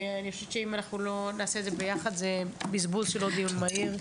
כי אני חושבת שאם אנחנו לא נעשה את זה ביחד זה בזבוז של עוד דיון מהיר.